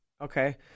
Okay